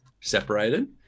separated